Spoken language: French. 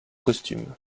costume